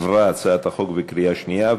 הצעת החוק עברה בקריאה שנייה.